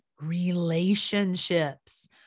relationships